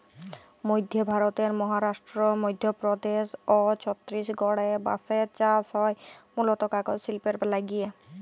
মইধ্য ভারতের মহারাস্ট্র, মইধ্যপদেস অ ছত্তিসগঢ়ে বাঁসের চাস হয় মুলত কাগজ সিল্পের লাগ্যে